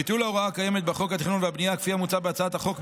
ביטול של ההוראה הקיימת בחוק התכנון והבנייה כפי שמוצע בהצעת החוק,